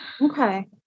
Okay